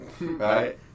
right